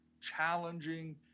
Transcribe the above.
challenging